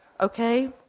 okay